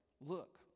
Look